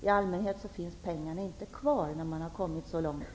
I allmänhet finns pengarna inte kvar, när man har kommit så långt.